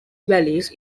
valleys